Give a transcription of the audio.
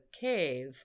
cave